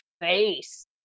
face